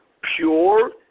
pure